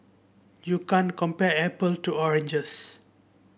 you can't compare apple to oranges